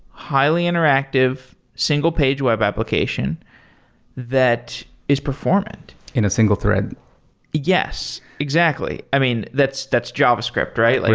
highly interactive single page web application that is performant in a single thread yes, exactly. i mean, that's that's javascript, right? like